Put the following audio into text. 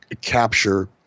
capture